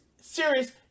serious